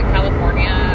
California